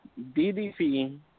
DDP